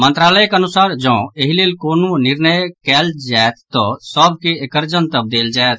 मंत्रालयक अनुसार जौं एहि लेल कोनो निर्णय कयल जाय तऽ सभ के एकर जनतब देल जायत